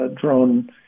drone